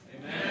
amen